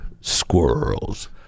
squirrels